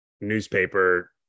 newspaper